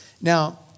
Now